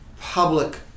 public